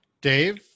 Dave